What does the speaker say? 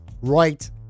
right